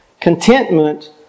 Contentment